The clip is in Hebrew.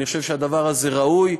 אני חושב שהדבר הזה ראוי.